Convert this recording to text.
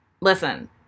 listen